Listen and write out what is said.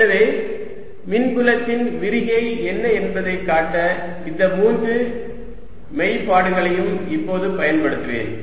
எனவே மின்புலத்தின் விரிகை என்ன என்பதைக் காட்ட இந்த மூன்று மெய்ப்பாடுகளையும் இப்போது பயன்படுத்துவேன்